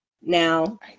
now